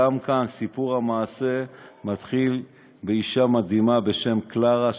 גם כאן סיפור המעשה מתחיל באישה מדהימה בשם קלרה,